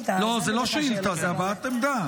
לא, זאת לא שאילתה, זאת הבעת עמדה.